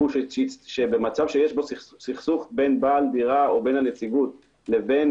הוא במצב שבו יש סכסוך בין בעל דירה או בין הנציגות לבין